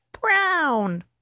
Brown